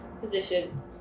position